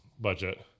budget